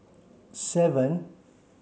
seven